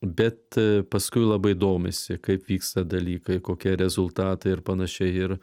bet paskui labai domisi kaip vyksta dalykai kokie rezultatai ir panašiai ir